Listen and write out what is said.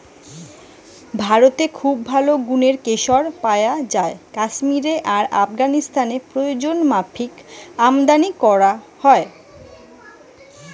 ভারতে খুব ভালো গুনের কেশর পায়া যায় কাশ্মীরে আর আফগানিস্তানে প্রয়োজনমাফিক আমদানী কোরা হয়